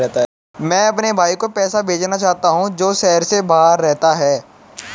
मैं अपने भाई को पैसे भेजना चाहता हूँ जो शहर से बाहर रहता है